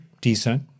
decent